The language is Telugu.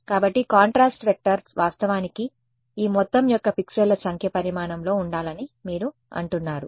కాబట్టి కాంట్రాస్ట్ వెక్టార్ వాస్తవానికి ఈ మొత్తం యొక్క పిక్సెల్ల సంఖ్య పరిమాణంలో ఉండాలని మీరు అంటున్నారు